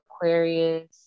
Aquarius